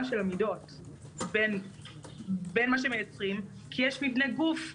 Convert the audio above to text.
של המידות שמייצרים כי יש מבנה גוף שונה.